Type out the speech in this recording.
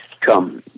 come